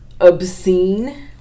obscene